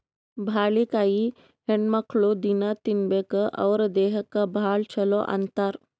ಬಾಳಿಕಾಯಿ ಹೆಣ್ಣುಮಕ್ಕ್ಳು ದಿನ್ನಾ ತಿನ್ಬೇಕ್ ಅವ್ರ್ ದೇಹಕ್ಕ್ ಭಾಳ್ ಛಲೋ ಅಂತಾರ್